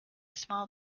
small